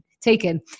taken